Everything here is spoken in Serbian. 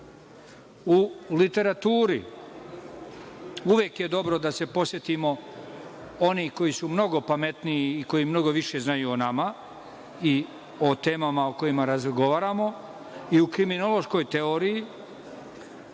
literaturi, uvek je dobro da se podsetimo onih koji su mnogo pametniji i koji mnogo više znaju o nama i o temama o kojima razgovaramo i u kriminološkoj teoriji